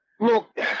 Look